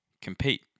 compete